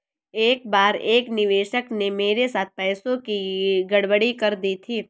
एक बार एक निवेशक ने मेरे साथ पैसों की गड़बड़ी कर दी थी